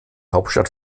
hauptstadt